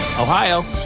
Ohio